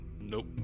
Nope